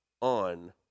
on